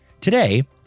Today